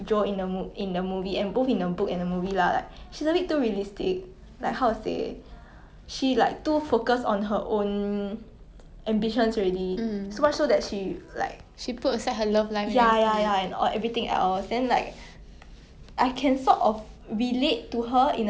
mm